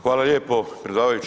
Hvala lijepo predsjedavajući.